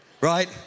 right